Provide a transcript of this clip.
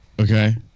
Okay